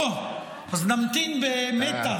אוה, אז נמתין במתח.